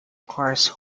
cars